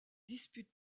dispute